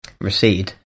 recede